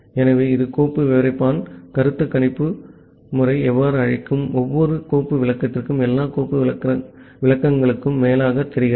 ஆகவே இது கோப்பு விவரிப்பான் கருத்துக் கணிப்பு முறை என்று அழைக்கும் ஒவ்வொரு கோப்பு விளக்கத்திற்கும் எல்லா கோப்பு விளக்கங்களுக்கும் மேலாகத் தெரிகிறது